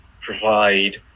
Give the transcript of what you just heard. provide